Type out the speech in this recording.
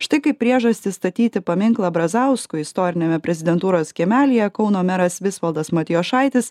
štai kaip priežastį statyti paminklą brazauskui istoriniame prezidentūros kiemelyje kauno meras visvaldas matijošaitis